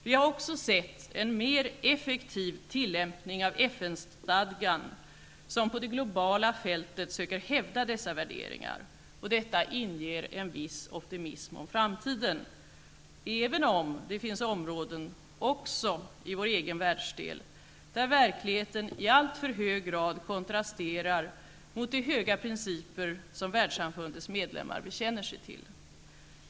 Vi har också sett en mer effektiv tillämpning av FN-stadgan som på det globala fältet söker hävda dessa värderingar. Detta inger en viss optimism om framtiden, även om det finns områden, också i vår egen världsdel, där verkligheten i alltför hög grad kontrasterar mot de höga principer som världssamfundets medlemmar bekänner sig till.